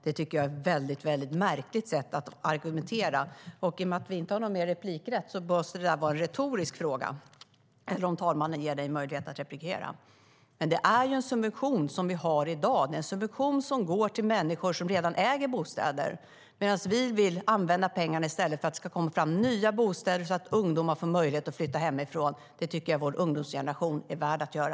Jag tycker att det är ett väldigt märkligt sätt att argumentera. I och med att vi inte har fler inlägg måste det vara en retorisk fråga. Men talmannen kanske ger Erik Andersson möjlighet att svara. ROT-avdraget är en subvention som vi har i dag. Det är en subvention som går till människor som redan äger bostäder. Vi vill i stället använda pengarna för att det ska komma fram nya bostäder så att ungdomar får möjlighet att flytta hemifrån. Det tycker jag att vår ungdomsgeneration är värd att få göra.